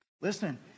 Listen